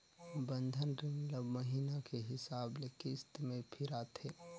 बंधन रीन ल महिना के हिसाब ले किस्त में फिराथें